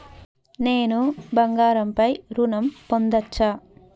నేను బంగారం పై ఋణం పొందచ్చా?